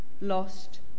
lost